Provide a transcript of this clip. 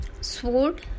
sword